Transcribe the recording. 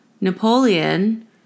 Napoleon